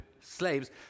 slaves